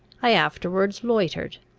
i afterwards loitered,